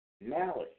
malice